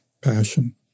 passion